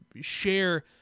share